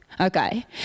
okay